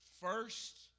First